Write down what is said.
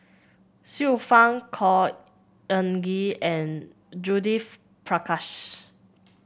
Xiu Fang Khor Ean Ghee and Judith Prakash